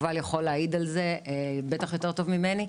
יובל יכול להעיד על זה בטח יותר טוב ממני.